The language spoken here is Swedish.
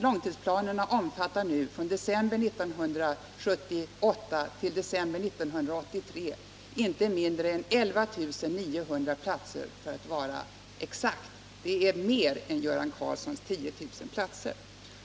Långtidsplanerna omfattar nu från december 1978 till december 1983 inte mindre än 11 900 platser för att vara exakt. Det är mer än Göran Karlssons 10000 platser.